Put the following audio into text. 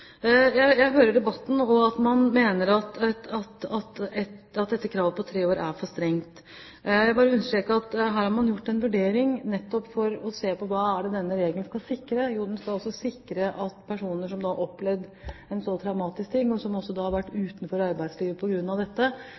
Jeg hører debatten, og at man mener at dette kravet på tre år er for strengt. Jeg vil bare understreke at her har man gjort en vurdering nettopp for å se på hva det er denne regelen skal sikre. Den skal sikre at personer som har opplevd en så traumatisk ting, og som da også har vært utenfor arbeidslivet på grunn av dette,